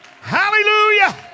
Hallelujah